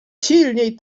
silniej